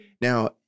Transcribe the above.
Now